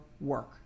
work